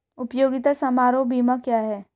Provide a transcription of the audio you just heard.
उपयोगिता समारोह बीमा क्या है?